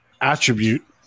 attribute